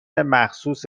مخصوص